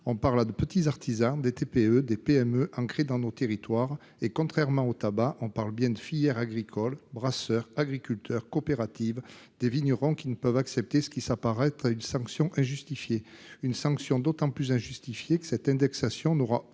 parlons de petits artisans des TPE, des PME, ancrés dans nos territoires. Contrairement au tabac, il s'agit bien d'une filière agricole- brasseurs, agriculteurs, coopératives, vignerons -ne pouvant accepter ce qui s'apparente à une sanction injustifiée. Cette sanction est d'autant plus injustifiée que cette indexation n'aura aucune